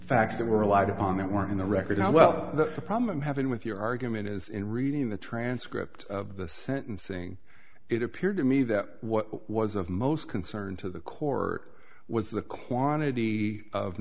facts that we relied on that weren't in the record now well that's the problem i'm having with your argument is in reading the transcript of the sentencing it appeared to me that what was of most concern to the court was the quantity of